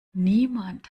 niemand